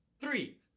Three